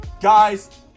guys